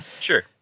Sure